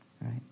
Right